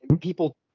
people